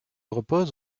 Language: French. repose